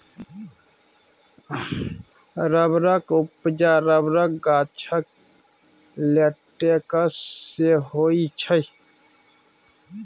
रबरक उपजा रबरक गाछक लेटेक्स सँ होइ छै